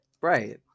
right